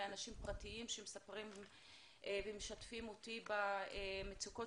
מאנשים פרטיים שמספרים ומשתפים אותי במצוקות